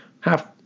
Half